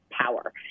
power